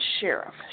sheriff